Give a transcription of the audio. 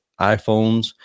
iphones